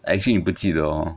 actually 你不记得哦